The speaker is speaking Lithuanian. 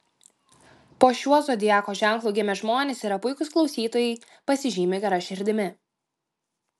po šiuo zodiako ženklu gimę žmonės yra puikūs klausytojai pasižymi gera širdimi